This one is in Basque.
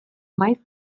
maiz